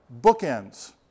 bookends